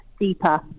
deeper